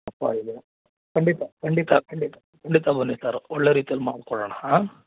ಪಪ್ಪಾಯಿ ಇದೆ ಖಂಡಿತ ಖಂಡಿತ ಖಂಡಿತ ಖಂಡಿತ ಬನ್ನಿ ಸರ್ ಒಳ್ಳೆಯ ರೀತಿಲಿ ಮಾಡಿಕೊಡೋಣ ಹಾಂ